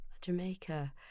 Jamaica